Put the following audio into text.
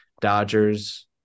Dodgers